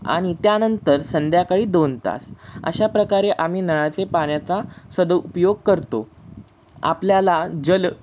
आणि त्यानंतर संध्याकाळी दोन तास अशा प्रकारे आम्ही नळाचे पाण्याचा सदुपयोग करतो आपल्याला जल